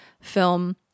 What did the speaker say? film